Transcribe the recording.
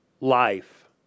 life